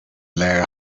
léir